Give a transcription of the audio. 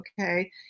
Okay